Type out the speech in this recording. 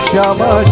Shama